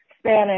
Spanish